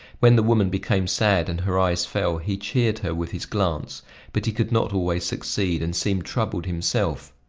when the woman became sad and her eyes fell, he cheered her with his glance but he could not always succeed, and seemed troubled himself.